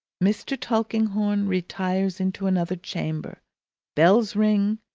mr. tulkinghorn retires into another chamber bells ring,